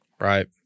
Right